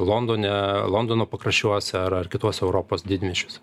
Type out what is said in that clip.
londone londono pakraščiuose ar kituose europos didmiesčiuose